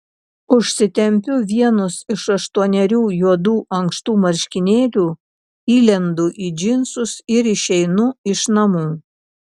užsitempiu vienus iš aštuonerių juodų ankštų marškinėlių įlendu į džinsus ir išeinu iš namų